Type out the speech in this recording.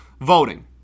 voting